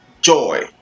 joy